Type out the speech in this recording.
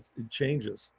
it changes.